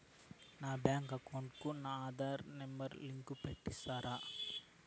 నా bank account కు నా ఆధార్ నెంబర్ లింకు పెట్టి ఇస్తారా?